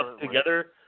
together